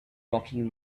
rocking